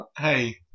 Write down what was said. Hey